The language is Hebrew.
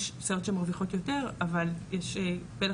יש סייעות שמרוויחות יותר אבל יש פלח